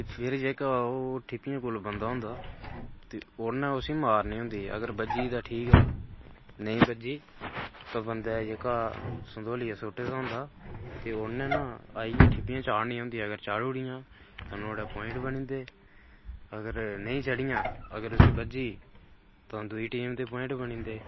ते फिर जेह्का ओह् ठीपियां कोल बंदा होंदा ते उ'नें ना उसी मारनी होंदी ते अगर बज्जी गी तां ठीक ऐ नेईं बज्जी तां बंदे जेह्का संतोलियां सु''ट्टे दा होंदा ते उ'न्नै ना आइयै एह् ठीपियां चाढ़नियां होंदियां ते अगर चाढ़ी ओड़ियां तां अपने पुआइंट बनी जंदे अगर नेई चढियां अगर उसी बज्जी ई तां दूई टीम दे पुआइट बनी जंदे